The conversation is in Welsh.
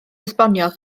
esbonio